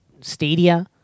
Stadia